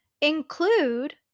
include